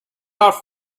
off